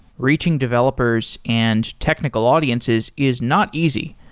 reaching developers and technical audiences is not easy,